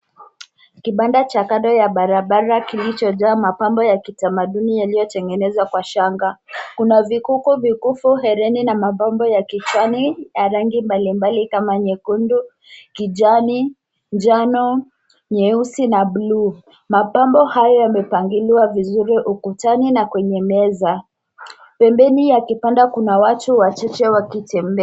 Kibanda cha kando ya barabara kilichojaa mapambo ya kitamaduni yaliyotengenezwa kwa shanga kuna vikuku ,vikufu, hereni na mapambo ya kifani na rangi mbalimbali kama nyekundu ,kijani, njano, nyeusi na blue mapambo hayo yamepangiliwa vizuri ukutani na kwenye meza, pembeni ya kibanda kuna watu wachache wakitembea.